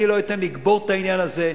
אני לא אתן לקבור את העניין הזה.